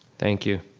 thank you,